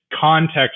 context